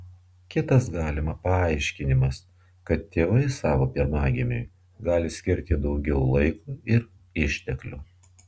kitas galima paaiškinimas kad tėvai savo pirmagimiui gali skirti daugiau laiko ir išteklių